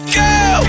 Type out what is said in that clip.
go